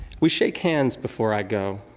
we shake hands before i go.